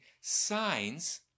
signs